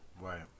Right